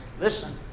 listen